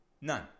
none